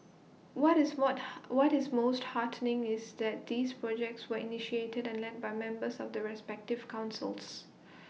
what is what what is most heartening is that these projects were initiated and led by members of the respective councils